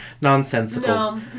Nonsensical